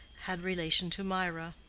had relation to mirah.